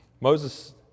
Moses